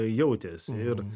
jautėsi ir